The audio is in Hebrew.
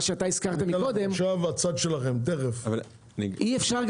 מה שאתה הזכרת קודם: אי אפשר,